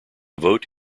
vote